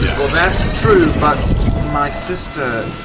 yeah well, that's true, but my sister